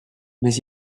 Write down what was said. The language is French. mais